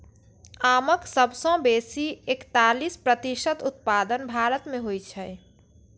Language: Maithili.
आमक सबसं बेसी एकतालीस प्रतिशत उत्पादन भारत मे होइ छै